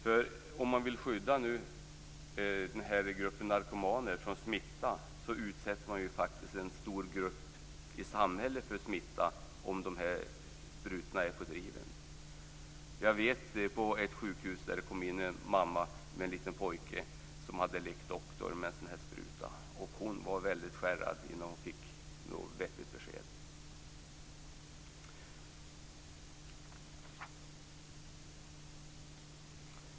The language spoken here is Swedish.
Även om vi vill skydda denna grupp narkomaner från smitta utsätter vi en stor grupp i samhället för smitta om sprutorna är på driven. Jag känner till ett sjukhus där det kom in en mamma med en liten pojke som hade lekt doktor med en sådan spruta. Mamman var väldigt skärrad innan hon fick något vettigt besked.